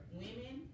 women